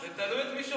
זה תלוי את מי שואלים.